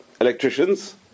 Electricians